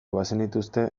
bazenituzte